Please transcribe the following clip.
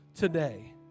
today